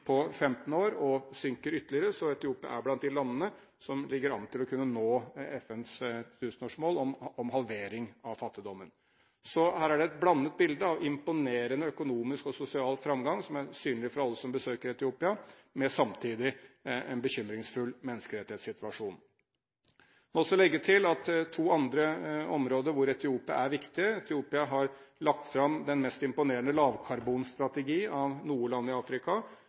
og synker ytterligere, og Etiopia er blant de landene som ligger an til å kunne nå FNs tusenårsmål om en halvering av fattigdommen. Så her er det et blandet bilde – av en imponerende økonomisk og sosial framgang som er synlig for alle som besøker Etiopia, men samtidig en bekymringsfull menneskerettighetssituasjon. Jeg vil også legge til at det er to andre områder hvor Etiopia er viktig. Etiopia har lagt fram den mest imponerende lavkarbonstrategien av noe land i Afrika.